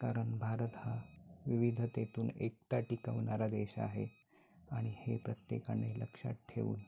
कारण भारत हा विविधतेतून एकता टिकवणारा देश आहे आणि हे प्रत्येकाने लक्षात ठेवून